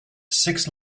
six